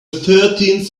thirteenth